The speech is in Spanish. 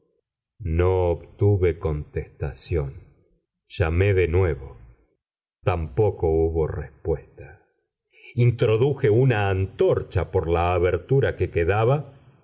no obtuve contestación llamé de nuevo tampoco hubo respuesta introduje una antorcha por la abertura que quedaba